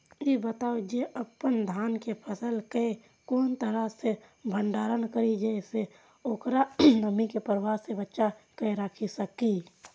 ई बताऊ जे अपन धान के फसल केय कोन तरह सं भंडारण करि जेय सं ओकरा नमी के प्रभाव सं बचा कय राखि सकी?